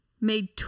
made